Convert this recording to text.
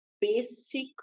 basic